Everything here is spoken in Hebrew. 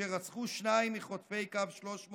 אשר רצחו שניים מחוטפי קו 300